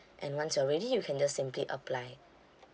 and once you're ready you can just simply apply